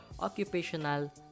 occupational